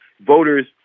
voters